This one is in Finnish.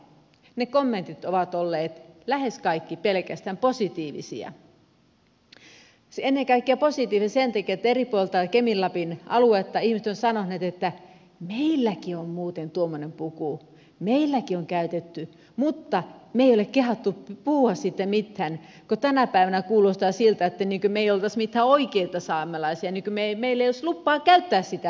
ne kommentit ovat olleet lähes kaikki pelkästään positiivisia ennen kaikkea positiivisia sen takia että eri puolilta kemin lapin aluetta ihmiset ovat sanoneet että meilläkin on muuten tuommoinen puku meilläkin on käytetty mutta me emme ole kehdanneet puhua siitä mitään kun tänä päivänä kuulostaa siltä että me emme olisi mitään oikeita saamelaisia että meillä ei olisi lupaa käyttää sitä pukua